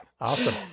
Awesome